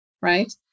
right